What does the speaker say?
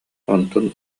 онтун